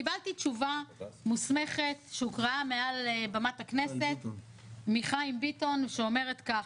קיבלתי תשובה מוסמכת שהוקראה מעל במת הכנסת מחיים ביטון שאומרת כך: